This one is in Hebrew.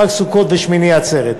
חג הסוכות ושמיני עצרת.